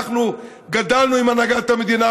אנחנו גדלנו עם הנהגת המדינה,